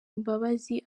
imbabazi